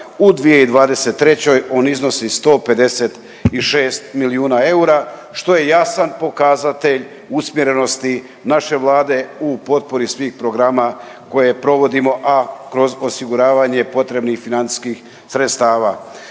u 2023. on iznosi 156 milijuna eura što je jasan pokazatelj usmjerenosti naše Vlade u potpori svih programa koje provodimo, a kroz osiguranje potrebnih financijskih sredstava.